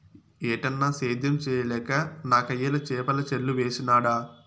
ఏటన్నా, సేద్యం చేయలేక నాకయ్యల చేపల చెర్లు వేసినాడ